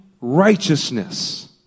righteousness